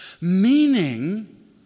meaning